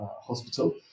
Hospital